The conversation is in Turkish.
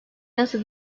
nasıl